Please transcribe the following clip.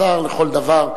השר לכל דבר,